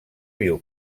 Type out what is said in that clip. viu